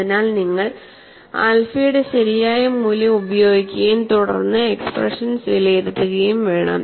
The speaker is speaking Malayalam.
അതിനാൽ നിങ്ങൾ ആൽഫയുടെ ശരിയായ മൂല്യം ഉപയോഗിക്കുകയും തുടർന്ന് എക്സ്പ്രഷൻസ് വിലയിരുത്തുകയും വേണം